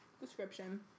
description